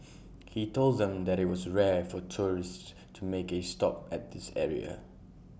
he told them that IT was rare for tourists to make A stop at this area